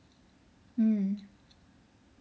mm